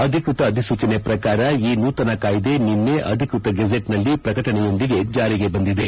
ಅಧಿಕೃತ ಅಧಿಸೂಚನೆ ಪ್ರಕಾರ ಈ ನೂತನ ಕಾಯಿದೆ ನಿನ್ನೆ ಅಧಿಕೃತ ಗೆಜೆಟ್ ನಲ್ಲಿ ಪ್ರಕಟಣೆಯೊಂದಿಗೆ ಜಾರಿಗೆ ಬಂದಿದೆ